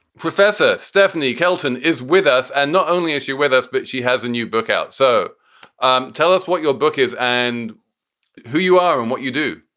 professor stephanie kelton is with us. and not only issue with us, but she has a new book out. so um tell us what your book is and who you are and what you do